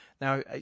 Now